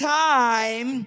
time